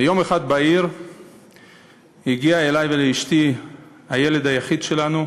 ביום אחד בהיר הגיע אלי ואל אשתי הילד היחיד שלנו,